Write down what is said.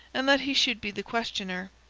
and that he should be the questioner.